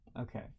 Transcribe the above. Okay